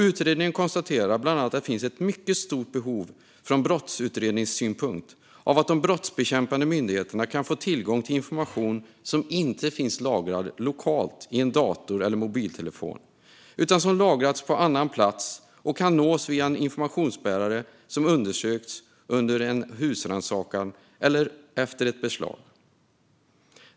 Utredningen konstaterar bland annat att det finns ett mycket stort behov från brottsutredningssynpunkt av att de brottsbekämpande myndigheterna kan få tillgång till information som inte finns lagrad lokalt i en dator eller mobiltelefon utan som lagrats på annan plats och kan nås via en informationsbärare som undersökts under en husrannsakan eller efter ett beslag.